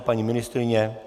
Paní ministryně?